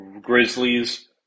Grizzlies